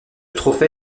trophée